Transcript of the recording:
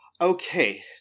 okay